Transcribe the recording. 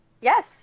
yes